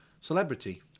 celebrity